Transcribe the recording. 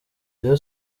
rayon